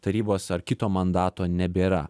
tarybos ar kito mandato nebėra